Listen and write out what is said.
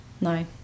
no